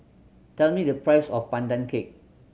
tell me the price of Pandan Cake